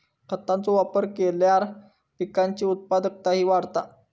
खतांचो वापर केल्यार पिकाची उत्पादकताही वाढता